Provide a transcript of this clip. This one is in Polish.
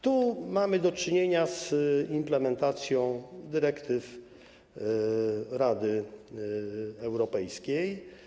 Tu mamy do czynienia z implementacją dyrektyw Rady Europejskiej.